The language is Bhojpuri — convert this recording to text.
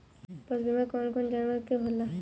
पशु बीमा कौन कौन जानवर के होला?